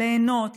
ליהנות,